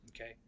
Okay